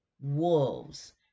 wolves